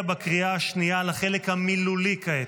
בקריאה השנייה על החלק המילולי כעת,